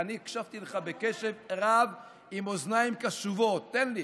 אני הקשבתי לך בקשב רב עם אוזניים קשובות, תן לי.